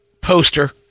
poster